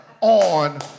on